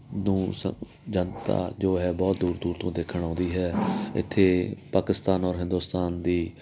ਨੂੰ ਸ ਜਨਤਾ ਜੋ ਹੈ ਬਹੁਤ ਦੂਰ ਦੂਰ ਤੋਂ ਦੇਖਣ ਆਉਂਦੀ ਹੈ ਇੱਥੇ ਪਾਕਿਸਤਾਨ ਔਰ ਹਿੰਦੁਸਤਾਨ ਦੀ